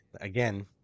Again